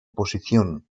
posición